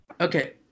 Okay